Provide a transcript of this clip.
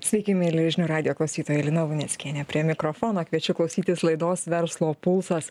sveiki mieli žinių radijo klausytoja lina luneckienė prie mikrofono kviečiu klausytis laidos verslo pulsas